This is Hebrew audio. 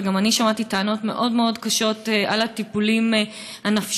וגם אני שמעתי טענות מאוד קשות על הטיפולים הנפשיים,